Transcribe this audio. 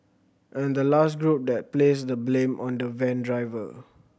and the last group that placed the blame on the van driver